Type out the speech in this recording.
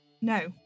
No